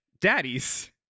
Daddies